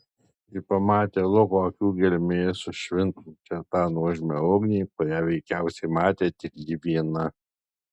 ji pamatė luko akių gelmėje sušvintančią tą nuožmią ugnį kurią veikiausiai matė tik ji viena